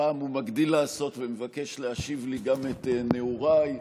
הפעם הוא מגדיל לעשות ומבקש להשיב לי גם את נעוריי,